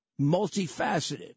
multifaceted